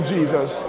Jesus